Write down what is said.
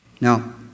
Now